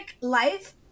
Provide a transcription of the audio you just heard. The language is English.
life